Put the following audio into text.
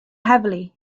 heavily